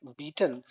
beaten